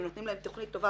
אם נותנים להם תכנית טובה